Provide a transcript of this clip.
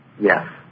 Yes